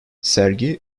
sergi